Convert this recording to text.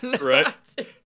Right